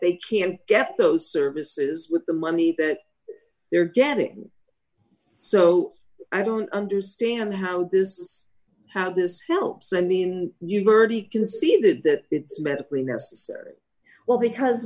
they can't get those services with the money that they're getting so i don't understand how this how this helps i mean you heard he conceded that it's medically necessary well because